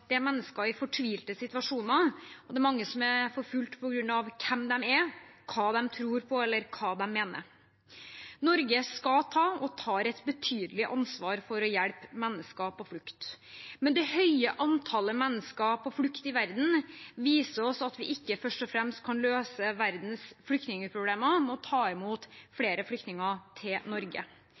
Det er mennesker i fortvilte situasjoner, og det er mange som er forfulgt på grunn av hvem de er, hva de tror på, eller hva de mener. Norge skal ta og tar et betydelig ansvar for å hjelpe mennesker på flukt. Men det høye antallet mennesker på flukt i verden viser oss at vi ikke først og fremst kan løse verdens flyktningproblemer ved å ta imot flere flyktninger i Norge.